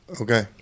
Okay